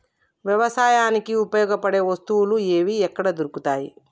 వ్యవసాయానికి ఉపయోగపడే వస్తువులు ఏవి ఎక్కడ దొరుకుతాయి?